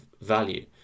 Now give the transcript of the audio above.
value